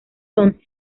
son